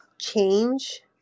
change